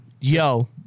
Yo